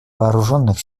вооруженных